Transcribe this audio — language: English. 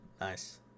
nice